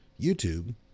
YouTube